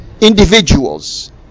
Individuals